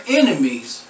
enemies